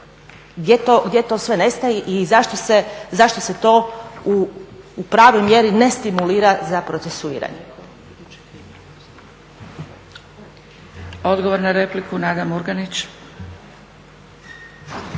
gdje to sve nestaje i zašto se to u pravoj mjeri ne stimulira za procesuiranje. **Zgrebec, Dragica